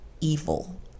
evil